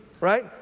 right